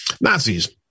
nazis